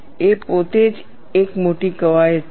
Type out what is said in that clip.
એ પોતે જ એક મોટી કવાયત છે